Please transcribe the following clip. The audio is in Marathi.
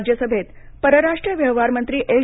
राज्यसभेत परराष्ट्र व्यवहार मंत्री एस